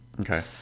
okay